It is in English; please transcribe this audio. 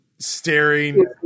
staring